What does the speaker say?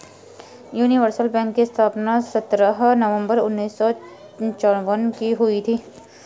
universal bank की स्थापना सत्रह नवंबर उन्नीस सौ चौवन में हुई थी